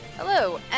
Hello